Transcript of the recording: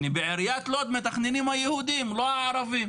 בעירית לוד מתכננים היהודים, לא הערבים,